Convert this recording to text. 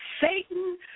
Satan